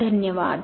धन्यवाद